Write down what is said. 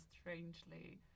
strangely